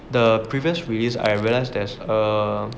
the previous release I realise there's a